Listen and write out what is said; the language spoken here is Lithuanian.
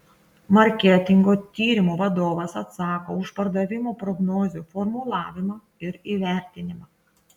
marketingo tyrimo vadovas atsako už pardavimo prognozių formulavimą ir įvertinimą